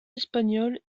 espagnols